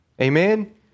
Amen